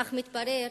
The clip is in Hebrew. אך מתברר